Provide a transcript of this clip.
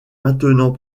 maintenant